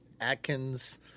Atkins